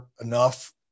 enough